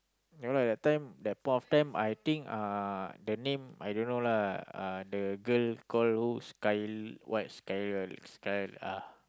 ya lah that time that point of time I think uh the name I don't know lah uh the girl call who's sky what sky sky uh